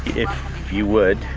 if you would,